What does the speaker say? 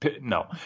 no